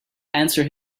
answer